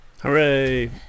Hooray